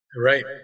Right